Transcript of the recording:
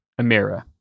Amira